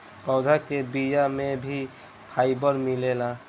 पौधा के बिया में भी फाइबर मिलेला